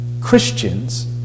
Christians